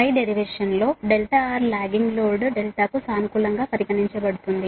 పై derivation లో R logging load కు సానుకూలంగా పరిగణించబడుతుంది